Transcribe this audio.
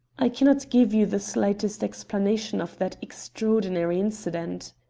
i cannot give you the slightest explanation of that extraordinary incident.